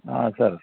sir